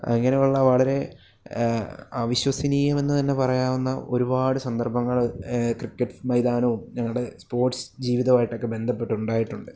ആ അങ്ങനെയുള്ള വളരെ അവിശ്വസിനീയം എന്ന് തന്നെ പറയാവുന്ന ഒരു പാട് സന്ദർഭങ്ങൾ ക്രിക്കറ്റ് മൈതാനവും ഞങ്ങളുടെ സ്പോർട്സ് ജീവിതമായിട്ട് ബന്ധപ്പെട്ടിട്ട് ഉണ്ടായിട്ടുണ്ട്